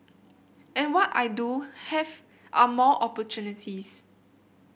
and what I do have are more opportunities